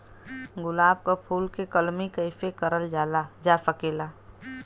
गुलाब क फूल के कलमी कैसे करल जा सकेला?